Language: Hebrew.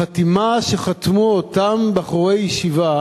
החתימה שחתמו אותם בחורי ישיבה